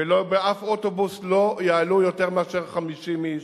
ובאף אוטובוס לא יעלו יותר מאשר 50 איש,